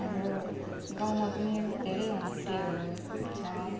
हाम्रो गाउँमा पनि धेरै होमस्टेहरू छ